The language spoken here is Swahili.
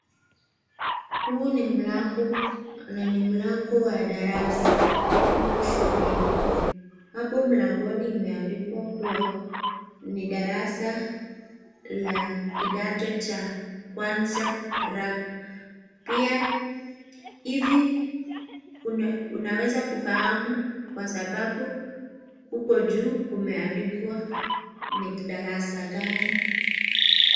Huu ni mlango na ni mlango wa darasa huku shuleni. Hapo mlangoni kumeandikwa kuwa ni darasa la kidato cha kwanza R pia hivi unaweza kufahamu kwa sababu huko juu kumeandikwa ni darasa gani.